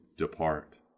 depart